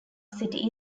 city